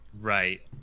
Right